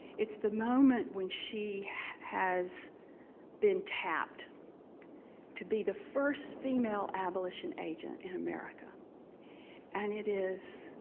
it's the moment when she has been tapped to be the first female abolition agent in america and it is